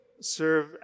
serve